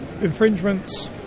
infringements